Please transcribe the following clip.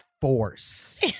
force